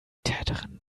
täterin